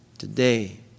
Today